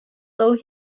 though